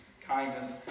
kindness